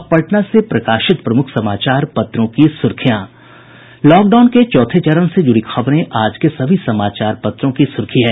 अब पटना से प्रकाशित प्रमुख समाचार पत्रों की सुर्खियां लॉकडाउन के चौथे चरण से जुड़ी खबरें आज के सभी समाचार पत्रों की सुर्खी है